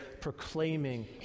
proclaiming